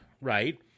right